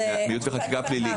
ייעוץ וחקיקה פלילית.